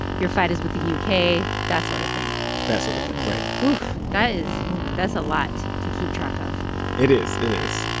your fight is with the u k. that sort of thing that sort of thing. right that is that's a lot to keep track of it is. it is.